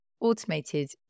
automated